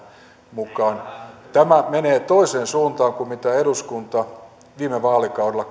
mukaan tämä menee toiseen suuntaan kuin mitä eduskunta viime vaalikaudella